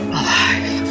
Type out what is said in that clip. alive